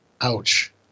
ouch